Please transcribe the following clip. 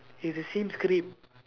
is the same script